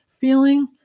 feeling